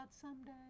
someday